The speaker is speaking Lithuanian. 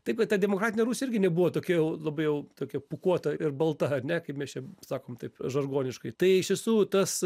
taip kad ta demokratinė rusija irgi nebuvo tokia jau labai jau tokia pūkuota ir balta ar ne kaip mes čia sakome taip žargoniškai tai iš tiesų tas